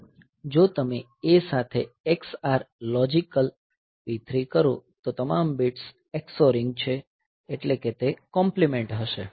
જો તમે A સાથે XR લોજિકલ P3 કરો તો તમામ બિટ્સ xoring છે એટલે કે તે કોમ્પ્લીમેન્ટ હશે